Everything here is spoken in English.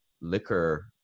liquor